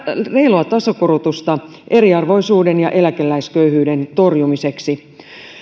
reilua tasokorotusta eriarvoisuuden ja eläkeläisköyhyyden torjumiseksi